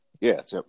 Yes